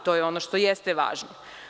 To je ono što jeste važno.